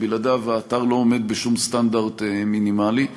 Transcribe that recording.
ובלעדיו האתר לא עומד בשום סטנדרט מינימלי.